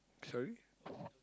sorry